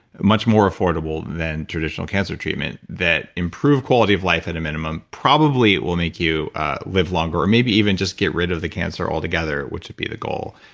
much more affordable than traditional cancer treatment that improve quality of life at a minimum, probably it will make you live longer or maybe even just get rid of the cancer all together, which would be the goal.